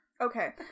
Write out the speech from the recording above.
okay